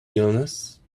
illnesses